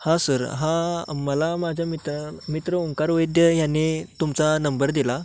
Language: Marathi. हा सर हा मला माझ्या मित्र मित्र ओंकार वैद्य ह्याने तुमचा नंबर दिला